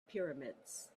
pyramids